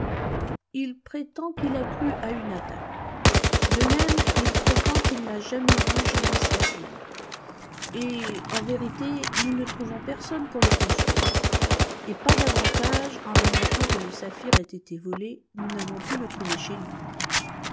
il prétend qu'il a cru à une attaque de même il prétend qu'il n'a jamais vu jenny saphir et en vérité nous ne trouvons personne pour le confondre et pas davantage en admettant que le saphir ait été volé nous n'avons pu le trouver chez lui